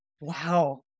Wow